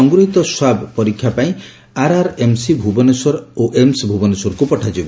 ସଂଗୂହୀତ swab ପରୀକ୍ଷା ପାଇଁ RRMC Bhubaneswar AIIMS Bhubaneswar ପଠାଯିବ